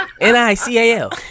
N-I-C-A-L